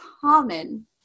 common